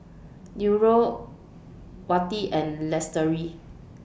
Nurul Wati and Lestari